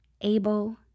Able